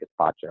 gazpacho